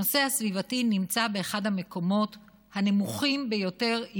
הנושא הסביבתי נמצא באחד המקומות הנמוכים ביותר,